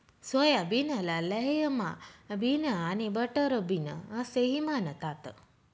सोयाबीनला lima bean आणि butter bean असेही म्हणतात